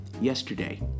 yesterday